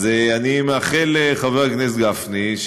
אז אני מאחל לחבר הכנסת גפני,